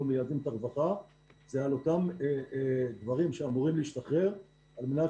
מיידעים את הרווחה על אותם גברים שאמורים להשתחרר על מנת